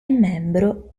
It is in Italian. membro